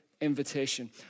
invitation